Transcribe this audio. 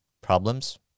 problems